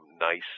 nice